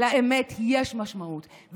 לאמת יש משמעות,